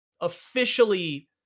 officially